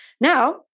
Now